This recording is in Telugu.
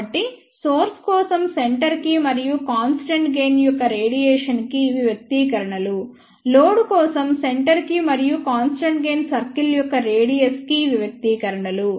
కాబట్టి సోర్స్ కోసం సెంటర్ కి మరియు కాన్స్టెంట్ గెయిన్ యొక్క రేడియస్ కి ఇవి వ్యక్తీకరణలులోడ్ కోసం సెంటర్ కి మరియు కాన్స్టెంట్ గెయిన్ సర్కిల్ యొక్క రేడియస్ కి ఇవి వ్యక్తీకరణలు